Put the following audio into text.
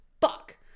Fuck